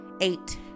eight